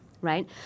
right